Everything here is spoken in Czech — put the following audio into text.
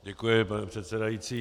Děkuji, pane předsedající.